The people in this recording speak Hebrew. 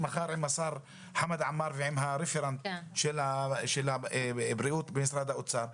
עם השר חמד עמאר ועם הרפרנט של הבריאות במשרד האוצר.